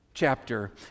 chapter